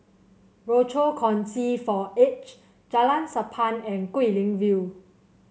Rochor Kongsi for The Aged Jalan Sappan and Guilin View